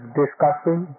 discussing